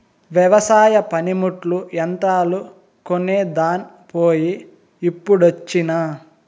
వెవసాయ పనిముట్లు, యంత్రాలు కొనేదాన్ పోయి ఇప్పుడొచ్చినా